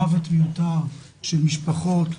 מוות מיותר של משפחות,